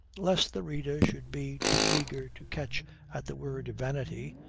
lest the reader should be too eager to catch at the word vanity,